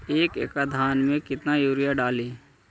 एक एकड़ धान मे कतना यूरिया डाली?